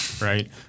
right